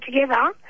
together